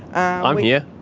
i'm here.